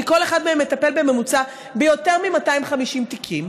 כי כל אחד מהם מטפל בממוצע ביותר מ-250 תיקים,